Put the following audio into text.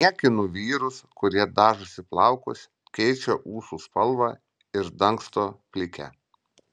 niekinu vyrus kurie dažosi plaukus keičia ūsų spalvą ir dangsto plikę